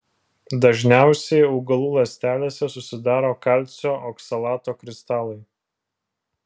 dažniausiai augalų ląstelėse susidaro kalcio oksalato kristalai